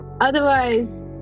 Otherwise